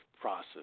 process